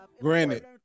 Granted